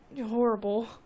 horrible